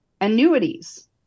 Annuities